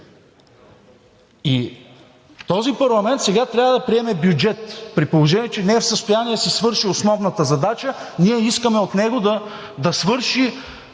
Този парламент сега трябва да приеме бюджет, при положение че не е в състояние да си свърши основната задача, а ние искаме от него да свърши